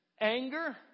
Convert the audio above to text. anger